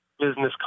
Business